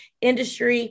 industry